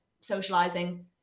socializing